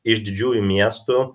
iš didžiųjų miestų